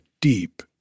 deep